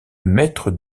maître